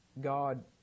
God